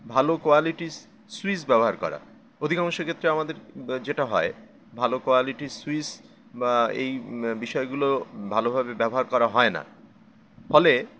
ভালো quality switch ব্যবহার করা অধিকাংশ ক্ষেত্রে আমাদের যেটা হয় ভালো কোয়ালিটি সুইচ বা এই বিষয়গুলো ভালোভাবে ব্যবহার করা হয় না ফলে